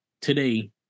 today